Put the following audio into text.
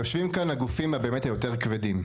יושבים כאן הגופים שבאמת יותר כבדים.